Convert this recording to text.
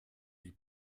die